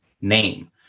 name